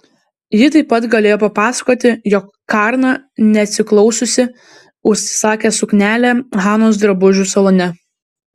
ji taip pat galėjo papasakoti jog karna neatsiklaususi užsisakė suknelę hanos drabužių salone